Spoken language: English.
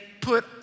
put